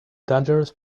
dangerous